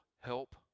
help